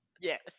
Yes